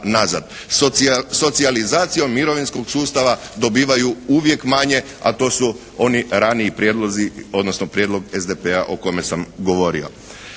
Socijalizacijom mirovinskog sustava dobivaju uvijek manje, a to su oni raniji prijedlozi, odnosno prijedlog SDP-a o kojem sam govorio.